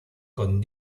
con